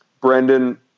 Brendan